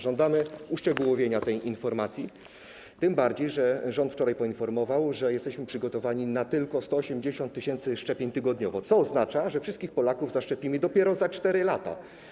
Żądamy uszczegółowienia tej informacji, tym bardziej że rząd wczoraj poinformował, że jesteśmy przygotowani tylko na 180 tys. szczepień tygodniowo, co oznacza, że wszystkich Polaków zaszczepimy dopiero za 4 lata.